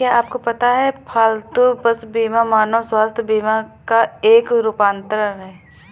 क्या आपको पता है पालतू पशु बीमा मानव स्वास्थ्य बीमा का एक रूपांतर है?